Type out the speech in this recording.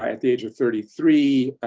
at the age of thirty three,